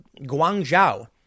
Guangzhou